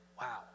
Wow